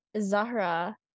Zahra